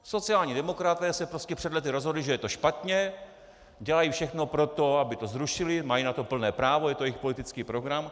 Sociální demokraté se prostě před lety rozhodli, že je to špatně, dělají všechno pro to, aby to zrušili, mají na to plné právo, je to jejich politický program.